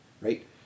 Right